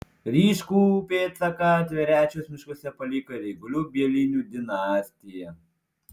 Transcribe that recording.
ryškų pėdsaką tverečiaus miškuose paliko ir eigulių bielinių dinastija